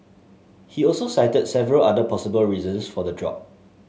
he also cited several other possible reasons for the drop